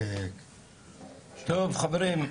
טוב חברים,